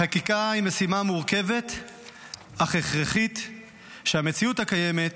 החקיקה היא משימה מורכבת אך הכרחית כשהמציאות הקיימת